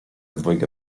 dwojga